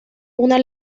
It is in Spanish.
una